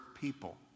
people